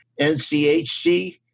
NCHC